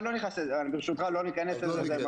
ברשותך לא ניכנס לזה.